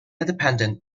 independent